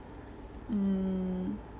mm